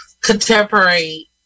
contemporary